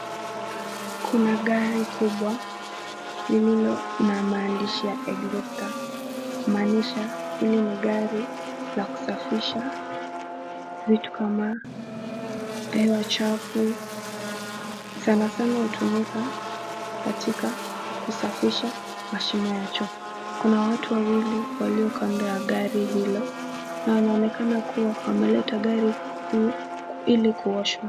Kuna gari kubwa lililo na maandishi ya exhauster , kumaanisha hili ni gari la kusafisha vitu kama hewa chafu, sanasana hutumika katika kusafisha mashimo ya choo. Kuna watu wawili waliokando ya gari lilo, na wanaonekana kuwa wameleta gari hii ili kuoshwa.